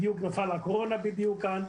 בדיוק נפלה הקורונה כאן.